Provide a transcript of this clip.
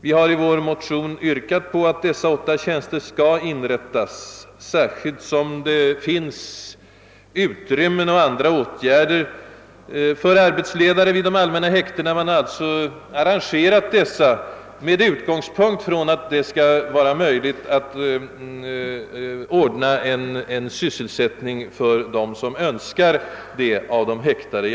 Vi har i vår motion yrkat på att dessa åtta tjänster skall inrättas i synnerhet som det finns utrymmen och arrangemang i Övrigt för arbetsledare och sysselsättning vid de allmänna häktena. Man har alltså arrangerat dessa häkten även med beaktande av att det skall vara möjligt att ordna sysselsättning för häktade som önskar sådan. Herr talman!